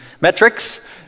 metrics